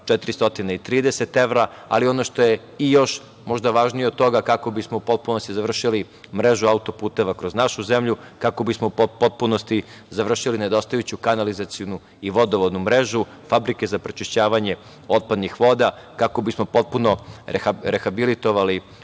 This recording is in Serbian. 430 evra. Ono što je možda i važnije od toga, kako bismo u potpunosti završili mrežu autoputeva kroz našu zemlju, kako bismo u potpunosti završili nedostajuću kanalizacionu i vodovodnu mrežu, fabrike za prečišćavanje otpadnih voda, kako bismo potpuno rehabilitovali